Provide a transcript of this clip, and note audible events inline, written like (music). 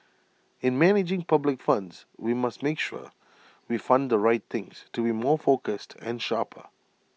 in managing public funds we must make sure (noise) we fund the right things to be more focused and sharper